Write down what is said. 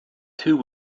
two